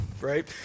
right